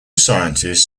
scientists